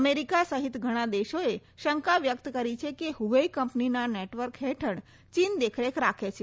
America સહિત ઘણા દેશોએ શંકા વ્યક્ત કરી છે કે હુવેઈ કંપનીના નેટવર્ક હેઠળ ચીન દેખરેખ રાખે છે